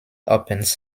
opens